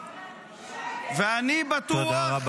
ואני בטוח